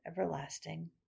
everlasting